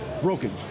broken